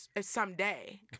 someday